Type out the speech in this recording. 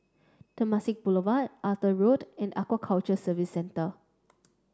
Temasek Boulevard Arthur Road and Aquaculture Services Centre